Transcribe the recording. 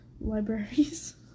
libraries